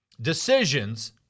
decisions